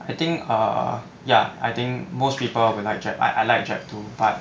I think ah ya I think most people would like jap~ I I like jop~ but